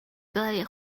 голове